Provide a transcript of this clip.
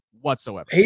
whatsoever